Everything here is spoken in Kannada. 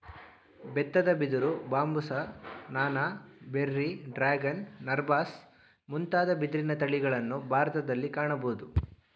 ಬೆತ್ತದ ಬಿದಿರು, ಬಾಂಬುಸ, ನಾನಾ, ಬೆರ್ರಿ, ಡ್ರ್ಯಾಗನ್, ನರ್ಬಾಸ್ ಮುಂತಾದ ಬಿದಿರಿನ ತಳಿಗಳನ್ನು ಭಾರತದಲ್ಲಿ ಕಾಣಬೋದು